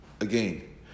Again